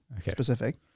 specific